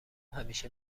همیشه